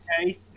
okay